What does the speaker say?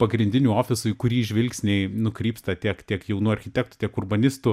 pagrindinių ofisų į kurį žvilgsniai nukrypsta tiek tiek jaunų architektų tiek urbanistų